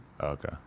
Okay